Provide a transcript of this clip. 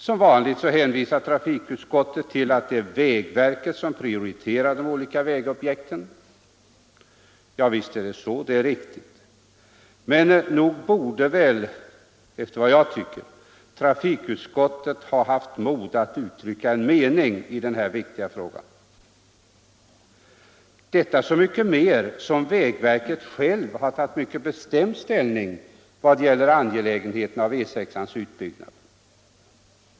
Som vanligt hänvisar trafikutskottet till att det är vägverket som prioriterar de olika vägobjekten. Ja, visst är det så, men nog borde trafikutskottet ha haft mod att uttrycka en mening i den här viktiga frågan, detta så mycket mer som vägverket självt har tagit mycket bestämd ställning i vad gäller angelägenheten av att bygga ut E 6.